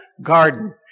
garden